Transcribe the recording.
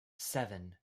seven